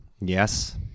Yes